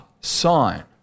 sign